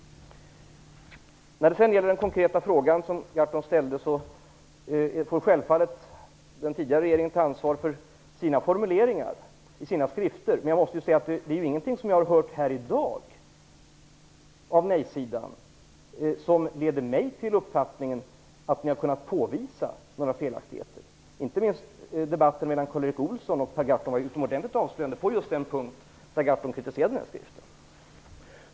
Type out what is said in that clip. På den konkreta fråga som Per Gahrton ställde, vill jag svara att självfallet får den tidigare regeringen ta ansvar för sina formuleringar i sina skrifter. Men jag måste säga att ingenting som jag har hört här i dag från nej-sidan ger mig uppfattningen att några felaktigheter kunnat påvisas, inte minst när det gäller debatten mellan Karl Erik Olsson och Per Gahrton. Den debatten var utomordentligt avslöjande på just den punkt som Per Gahrton kritiserade den här skriften.